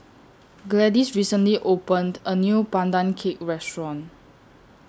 Gladys recently opened A New Pandan Cake Restaurant